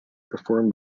performed